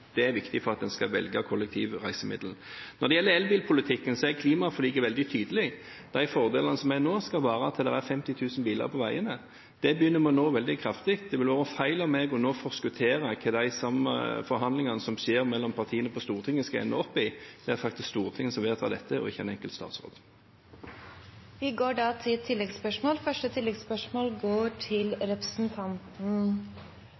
Det er viktig for at en skal velge kollektive reisemiddel. Når det gjelder elbilpolitikken, er klimaforliket veldig tydelig. De fordelene som er nå, skal vare til det er 50 000 biler på veiene. Det begynner vi å nærme oss veldig kraftig. Det vil være feil av meg nå å forskuttere hva de forhandlingene som skjer mellom partiene på Stortinget, skal ende opp i. Det er faktisk Stortinget som vedtar dette, og ikke en enkelt statsråd. Det blir oppfølgingsspørsmål – først Ola Elvestuen. Mitt tilleggsspørsmål går til klima- og miljøministeren. Som representanten